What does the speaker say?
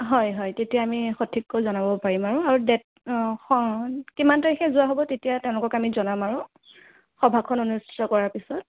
হয় হয় তেতিয়া আমি সঠিককৈ জনাব পাৰিম আৰু আৰু ডে'ট অ' কিমান তাৰিখে যোৱা হ'ব তেতিয়া তেওঁলোকক আমি জনাম আৰু সভাখন অনুষ্ঠিত কৰাৰ পিছত